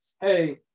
hey